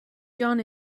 john